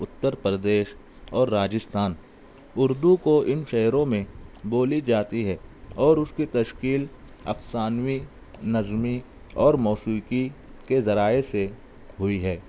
اتّر پردیش اور راجستھان اردو کو ان شہروں میں بولی جاتی ہے اور اس کی تشکیل افسانوی نظمی اور موسیقی کے ذرائع سے ہوئی ہے